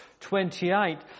28